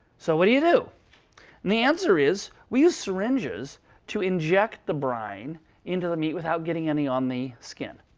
so what do you do? and the answer is, we used syringes to inject the brine into the meat without getting any on the skin.